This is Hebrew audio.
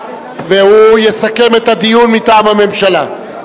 והוא יסכם את הדיון מטעם הממשלה.